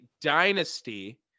dynasty